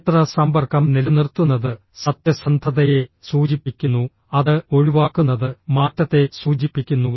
നേത്ര സമ്പർക്കം നിലനിർത്തുന്നത് സത്യസന്ധതയെ സൂചിപ്പിക്കുന്നു അത് ഒഴിവാക്കുന്നത് മാറ്റത്തെ സൂചിപ്പിക്കുന്നു